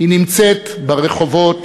היא נמצאת ברחובות,